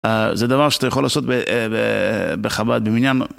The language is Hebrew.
זה דבר שאתה יכול לעשות בחב"ד, במניין.